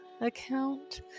account